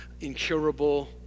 incurable